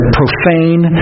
profane